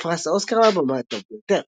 בפרס האוסקר לבמאי הטוב ביותר.